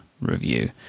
review